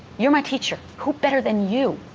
you're my teacher. who better than you,